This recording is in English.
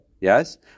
Yes